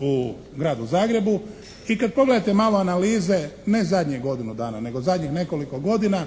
u Gradu Zagrebu i kad pogledate malo analize ne zadnjih godinu dana nego zadnjih nekoliko godina